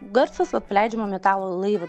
garsas vat paleidžiamo metalo į laivą